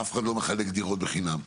אף אחד לא מחלק דירות בחינם.